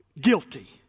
guilty